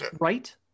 Right